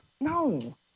No